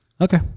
Okay